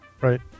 Right